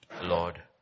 Lord